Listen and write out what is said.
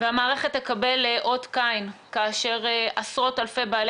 והמערכת תקבל אות קין כאשר עשרות אלפי בעלי